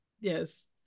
yes